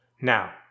Now